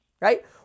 right